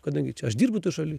kadangi čia aš dirbu toj šaly